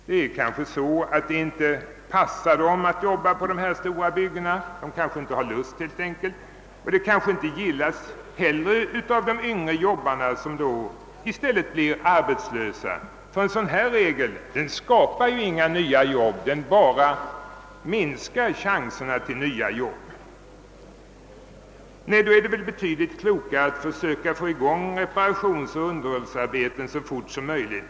Men det kanske inte passar dem att jobba på dessa stora byggen, de kanske helt enkelt inte har lust med det, och det kanske inte heller gillas av de yngre jobbarna, som då blir arbetslösa — en sådan regel skapar ju inga nya jobb, utan den bara minskar chanserna till nya jobb. Nej, då är det väl betydligt klokare att försöka få i gång reparationsoch underhållsarbeten så snart som möjligt.